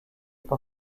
par